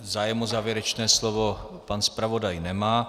Zájem o závěrečné slovo pan zpravodaj nemá.